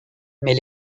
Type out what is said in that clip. mais